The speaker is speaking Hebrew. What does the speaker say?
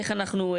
איך אנחנו,